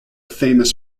famous